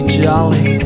jolly